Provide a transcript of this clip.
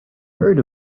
heard